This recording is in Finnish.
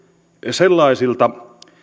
sellaisilta